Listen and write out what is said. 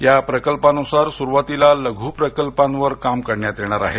या प्रकल्पानुसार सुरुवातीला लघु प्रकल्पांवर काम करण्यात येणार आहे